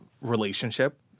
relationship